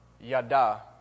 Yada